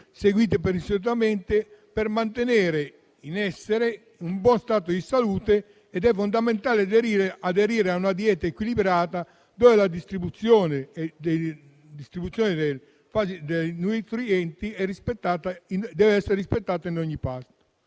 seguite pedissequamente per mantenere un buon stato di salute, è fondamentale aderire a una dieta equilibrata e la distribuzione dei nutrienti dev'essere rispettata ad ogni pasto.